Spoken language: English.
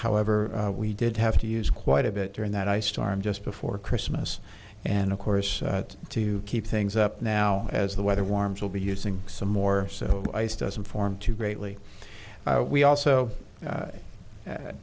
however we did have to use quite a bit during that ice storm just before christmas and of course to keep things up now as the weather warms will be using some more ice doesn't form too greatly we also